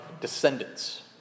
descendants